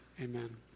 Amen